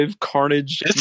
carnage